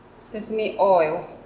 sesame oil,